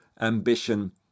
ambition